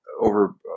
over